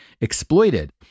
exploited